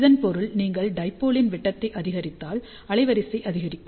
இதன் பொருள் நீங்கள் டைபோலின் விட்டத்தை அதிகரித்தால் அலைவரிசை அதிகரிக்கும்